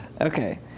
Okay